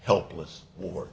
helpless war